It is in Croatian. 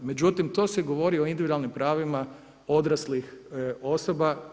Međutim, to se govori o individualnim pravima odraslih osoba.